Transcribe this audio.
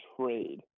trade